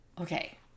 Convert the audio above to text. Okay